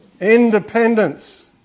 Independence